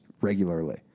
regularly